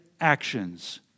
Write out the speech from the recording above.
actions